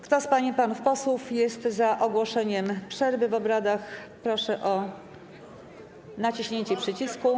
Kto z pań i panów posłów jest za ogłoszeniem przerwy w obradach, proszę nacisnąć przycisk.